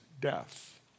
death